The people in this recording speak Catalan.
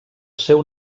seu